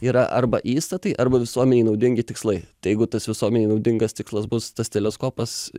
yra arba įstatai arba visuomenei naudingi tikslai tai jeigu tas visuomenei naudingas tikslas bus tas teleskopas